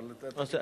הסתיים.